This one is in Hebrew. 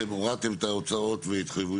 אתם הורדתם את ההוצאות והתחייבויות.